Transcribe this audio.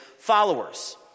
Followers